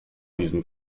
diesem